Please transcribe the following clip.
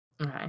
Okay